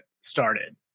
started